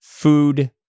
Food